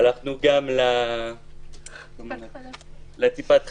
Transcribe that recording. הלכנו גם לטיפת חלב.